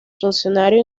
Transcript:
funcionario